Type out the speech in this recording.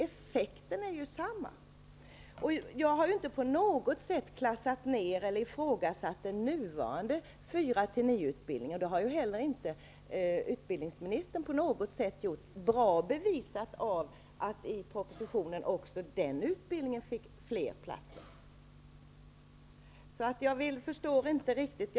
Effekten är ju densamma. Jag har inte på något sätt klassat ned eller ifrågasatt den nuvarande utbildningen av lärare med inriktning mot årskurserna 4--9. Det har inte heller utbildningsministern på något sätt gjort. Detta bevisas på ett bra sätt genom att det i propositionen föreslås fler platser även till den utbildningen.